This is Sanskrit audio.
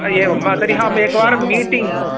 एवं वा तर्हि एकवारं मीटिङ्ग्